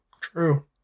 True